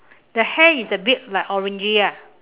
the hair is a bit like orangey ah